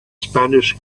spanish